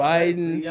Biden